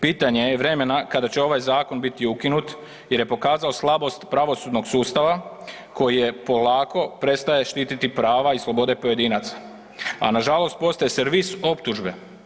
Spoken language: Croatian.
Pitanje je vremena kada će ovaj zakon biti ukinut jer je pokazao slabost pravosudnog sustava koji je polako prestaje štiti prava i slobode pojedinaca, a nažalost postaje servis optužbe.